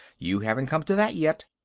you haven't come to that yet.